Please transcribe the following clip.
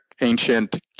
Ancient